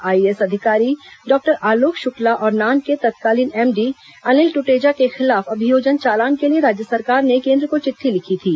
IAS अधिकारी doctor Alok Shukla और नान के तत्कालीन एमडी अनिल ट्टेजा के खिलाफ अभियोजन चालान के लिए राज्य सरकार ने केन्द्र को चिट्ठी लिखी थी